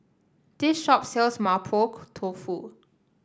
this shop sells Mapo Tofu